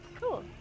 Cool